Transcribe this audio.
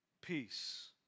peace